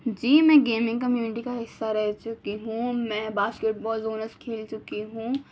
جی میں gaming community کا حصہ رہ چکی ہوں میں باسکٹ بال اونرس کھیل چکی ہوں